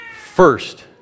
First